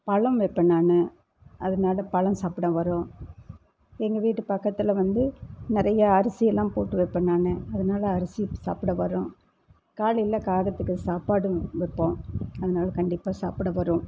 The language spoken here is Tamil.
பழம் வைப்பன் நான் அதனால் பழம் சாப்பிட வரும் எங்கள் வீட்டு பக்கத்தில் வந்து நிறையா அரிசி எல்லாம் போட்டு வைப்பன் நான் அதனால் அரிசி சாப்பிட வரும் காலையில் காகத்துக்கு சாப்பாடு வைப்போம் அதனால் கண்டிப்பாக சாப்பிட வரும்